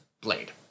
Blade